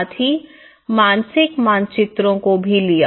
साथ ही मानसिक मानचित्रों को भी लिया